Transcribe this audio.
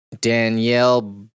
Danielle